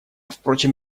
впрочем